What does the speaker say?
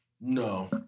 No